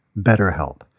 BetterHelp